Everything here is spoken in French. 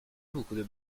beaucoup